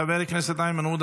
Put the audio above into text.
חבר הכנסת איימן עודה,